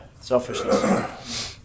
selfishness